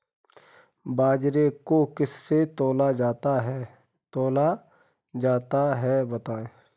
बाजरे को किससे तौला जाता है बताएँ?